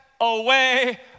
away